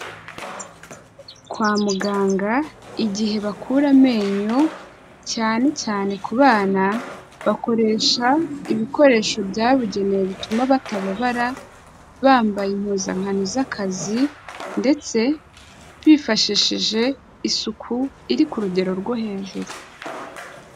Kwa muganga igihe bakura amenyo cyane cyane ku bana, bakoresha ibikoresho byabugenewe bituma batababara, bambaye impuzankano z'akazi ndetse bifashishije isuku iri ku rugero rwo hejuru.